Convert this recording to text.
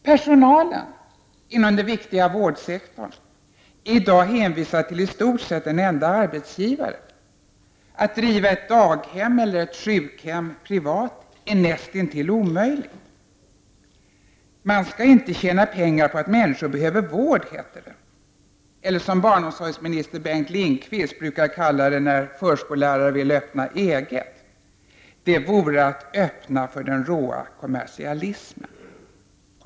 Personalen inom den viktiga vårdsektorn är i dag hänvisad till i stort sett en enda arbetsgivare. Att driva ett daghem eller ett sjukhem i privat regi är näst intill omöjligt. ”Man skall inte tjäna pengar på att människor behöver vård”, heter det. Eller som barnomsorgsminister Bengt Lindqvist brukar kalla det när ett par förskollärare vill öppna eget: det vore att öppna för den råa kommersialismen.